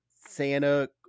Santa